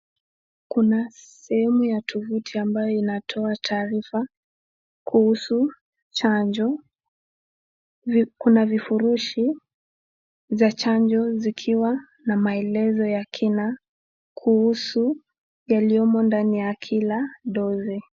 Kuna sehemu ya tovuti inayotoa taarifa kuhusu chanjo. Kuna vifurushi vya chanjo vikiwa na maelezo ya kina kuhusu yaliyomo katika ndani ya dosi.